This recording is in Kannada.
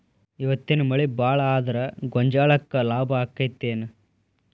ಇವತ್ತಿನ ಮಳಿ ಭಾಳ ಆದರ ಗೊಂಜಾಳಕ್ಕ ಲಾಭ ಆಕ್ಕೆತಿ ಏನ್?